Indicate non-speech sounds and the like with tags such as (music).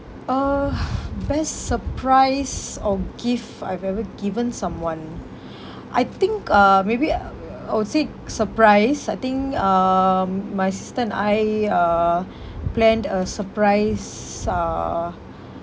uh best surprise or gift I've ever given someone I think uh maybe (noise) I would say surprise I think um my sister and I uh planned a surprise uh